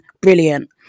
brilliant